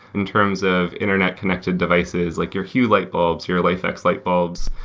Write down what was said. in terms of internet connected devices, like your hue light bulbs, your lifx ah light bulbs.